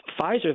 Pfizer